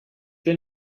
been